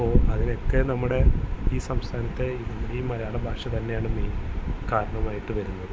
ഇപ്പോള് അതിനൊക്കെ നമ്മുടെ ഈ സംസ്ഥാനത്തെ ഈ മലയാളം ഭാഷ തന്നെയാണ് മെയിൻ കാരണമായിട്ട് വരുന്നത്